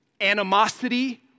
animosity